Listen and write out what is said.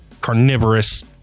carnivorous